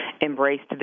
embraced